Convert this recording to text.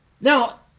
Now